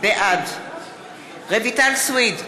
בעד רויטל סויד,